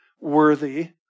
worthy